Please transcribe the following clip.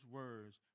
words